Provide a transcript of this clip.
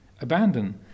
abandon